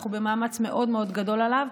אנחנו במאמץ מאוד מאוד גדול עליו.